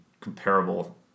comparable